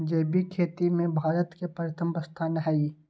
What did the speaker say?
जैविक खेती में भारत के प्रथम स्थान हई